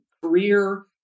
Career